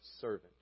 servant